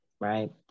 Right